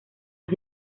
las